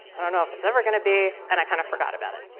i don't know if it's ever going to be and i kind of forgot about it.